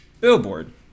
billboard